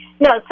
No